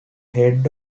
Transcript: head